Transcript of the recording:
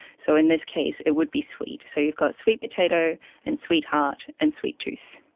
so in this case it would be sweet. so you've got sweet potato and sweetheart and sweet tooth.